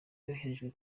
yoherejwe